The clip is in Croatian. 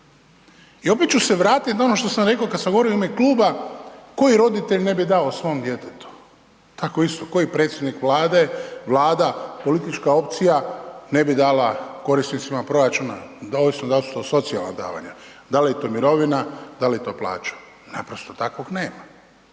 I opet ću se vratiti na ono što sam rekao kada sam govorio u ime kluba koji roditelj ne bi dao svom djetetu, tako isto koji predsjednik Vlade, Vlada, politička opcija ne bi dala korisnicima proračuna ovisno da li su to socijalna davanja, da li je to mirovina, da li je to plaća, naprosto takvog nema.